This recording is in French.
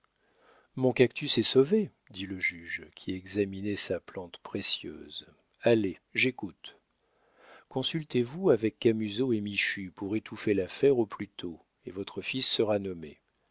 mon cactus est sauvé dit le juge qui examinait sa plante précieuse allez j'écoute consultez vous avec camusot et michu pour étouffer l'affaire au plus tôt et votre fils sera nommé